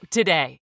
today